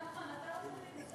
לא, נחמן, אתה לא צריך להתנצל.